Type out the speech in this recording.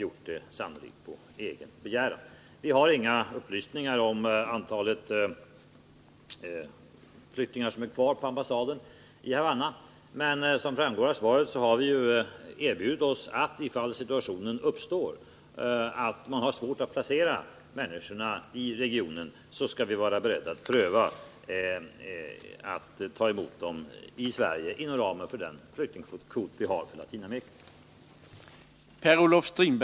Nr 142 Vi har inga upplysningar om det antal flyktingar som är kvar på Perus ambassad i Havanna, men som framgår av svaret har vi sagt att vi, ifall den situationen skulle uppstå att man får svårt att placera flyktingarna i regionen, skall vara beredda att pröva att ta emot dem i Sverige inom ramen för den flyktingkvot vi har för Latinamerika.